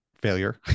failure